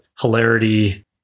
hilarity